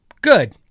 Good